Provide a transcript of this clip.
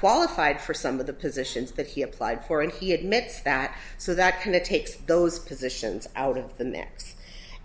qualified for some of the positions that he applied for and he admits that so that kind of takes those positions out of the mix